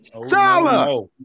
Sala